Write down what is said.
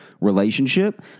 relationship